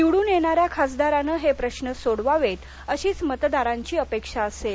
निवडून येणा या खासदारानं हे प्रश्न सोडवावेत अशीच मतदारांची अपेक्षा असेल